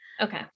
Okay